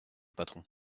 patron